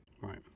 Right